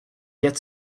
get